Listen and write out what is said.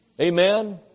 Amen